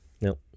No